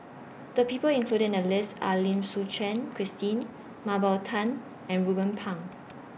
The People included in The list Are Lim Suchen Christine Mah Bow Tan and Ruben Pang